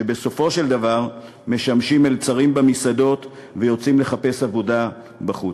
שבסופו של דבר משמשים מלצרים במסעדות ויוצאים לחפש עבודה בחוץ.